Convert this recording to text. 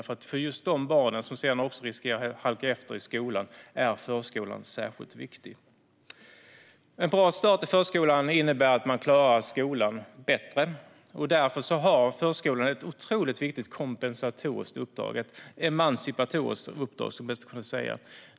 För just de barnen, som sedan riskerar att halka efter i skolan, är förskolan särskilt viktig. En bra start i förskolan innebär att man klarar skolan bättre. Därför har förskolorna ett otroligt viktigt kompensatoriskt uppdrag, ett emancipatoriskt uppdrag, skulle man nästan kunna säga.